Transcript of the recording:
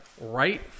right